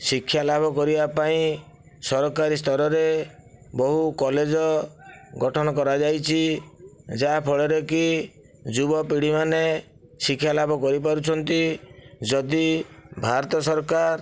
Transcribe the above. ଶିକ୍ଷା ଲାଭ କରିବା ପାଇଁ ସରକାରୀ ସ୍ତରରେ ବହୁ କଲେଜ ଗଠନ କରାଯାଇଛି ଯାହାଫଳରେ କି ଯୁବପିଢ଼ି ମାନେ ଶିକ୍ଷା ଲାଭ କରିପାରୁଛନ୍ତି ଯଦି ଭାରତ ସରକାର